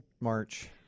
March